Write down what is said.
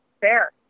Fair